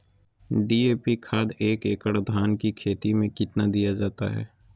DAP खाद एक एकड़ धान की खेती में कितना दीया जाता है?